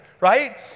right